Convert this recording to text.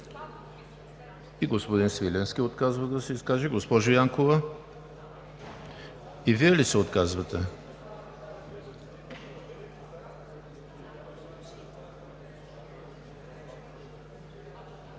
И господин Свиленски отказва да се изкаже. Госпожо Янкова? И Вие ли се отказвате?